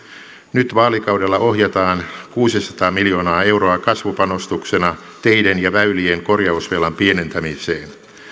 nyt vaalikaudella ohjataan kuusisataa miljoonaa euroa kasvupanostuksena teiden ja väylien korjausvelan pienentämiseen